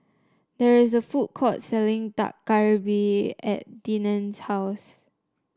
there is a food court selling Dak Galbi at Deneen's house